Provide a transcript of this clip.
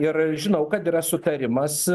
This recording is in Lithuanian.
ir žinau kad yra sutarimas